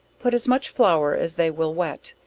put as much flour as they will wet,